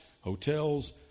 hotels